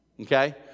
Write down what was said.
okay